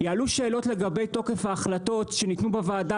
יעלו שאלות לגבי תוקף ההחלטות שעלו בוועדה